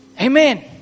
Amen